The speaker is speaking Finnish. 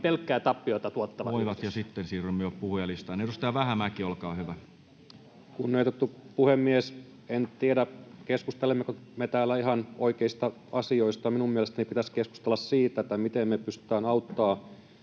haluavat vastata, niin voivat, ja sitten siirrymme jo puhujalistaan. — Edustaja Vähämäki, olkaa hyvä. Kunnioitettu puhemies! En tiedä, keskustelemmeko me täällä ihan oikeista asioista. Minun mielestäni pitäisi keskustella siitä, miten me pystytään auttamaan